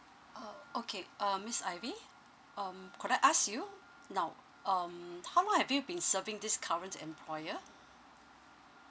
oh okay um miss ivy um could I ask you now um how long have you been serving this current employer